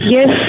Yes